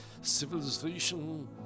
civilization